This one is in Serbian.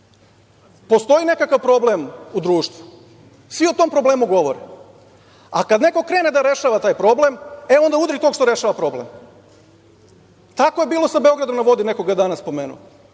nekakav problem u društvu. Svi o tom problemu govore, a kad neko krene da rešava taj problem, onda udari tog što rešava taj problem. Tako je bilo sa Beogradom na vodi, neko ga je danas pomenuo.